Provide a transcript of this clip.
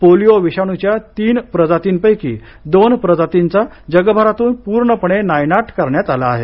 polio विषाणूच्या तीन प्रजातींपैकी दोन प्रजातींचा जगभरातून पूर्णपणे नायनाट करण्यात आला आहे